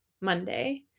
Monday